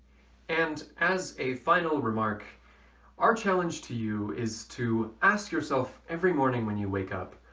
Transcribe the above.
and as a final remark our challenge to you is to ask yourself every morning when you wake up